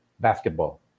basketball